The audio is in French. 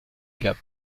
gap